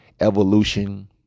evolution